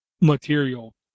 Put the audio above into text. material